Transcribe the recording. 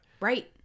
Right